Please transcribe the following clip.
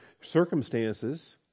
circumstances